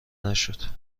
نشد